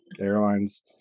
airline's